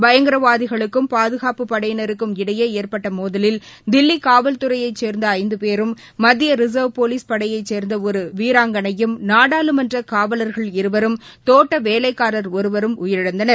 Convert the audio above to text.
பயங்கரவாதிகளுக்கும் பாதுகாப்புப் படையினருக்கும் இடையே ஏற்பட்ட மோதலில் தில்லி காவல்துறையைச் சேர்ந்த ஐந்து பேரும் மத்திய ரிசர்வ் போலீஸ் படையைச் சேர்ந்த ஒரு வீராங்கனையும் நாடாளுமன்ற காவல்கள் இருவரும் தோட்ட வேலைக்காரர் ஒருவரும் உயிரிழந்தனர்